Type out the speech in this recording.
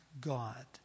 God